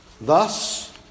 Thus